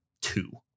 two